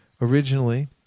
Originally